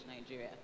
Nigeria